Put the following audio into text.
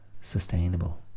sustainable